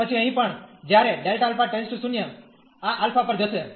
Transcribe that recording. અને પછી અહીં પણ જ્યારે Δ α → 0 આ α પર જશે